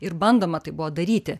ir bandoma tai buvo daryti